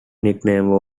nickname